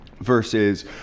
versus